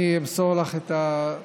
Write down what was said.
אני אמסור לך את הפרטים.